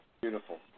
Beautiful